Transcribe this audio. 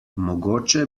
mogoče